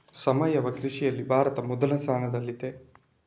ಸಾವಯವ ಕೃಷಿಯಲ್ಲಿ ಭಾರತ ಮೊದಲ ಸ್ಥಾನದಲ್ಲಿದೆ